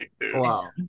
Wow